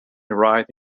right